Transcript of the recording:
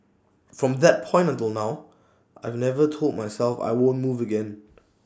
from that point until now I've never told myself I won't move again